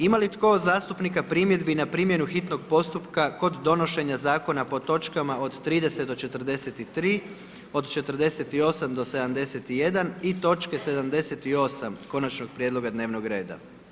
Ima li tko od zastupnika primjedbi na primjenu hitnog postupka kod donošenje zakona po točkama od 30-43. od 48-71. i točke 78 konačnog prijedloga dnevnog reda?